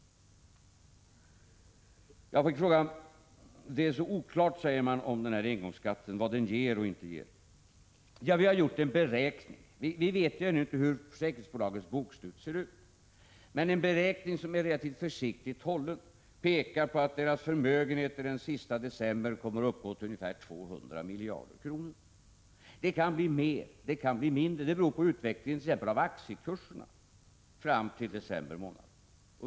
Jag fick frågan vad den här engångsskatten kommer att ge. Man säger ju att detta är mycket oklart. Vi vet ännu inte hur försäkringsbolagens bokslut kommer att se ut, men en relativt försiktigt hållen beräkning pekar på att deras förmögenheter den sista december kommer att uppgå till ungefär 200 miljarder kronor. Det kan bli mer, och det kan bli mindre. Det beror på utvecklingen av exempelvis aktiekurserna fram till december månad.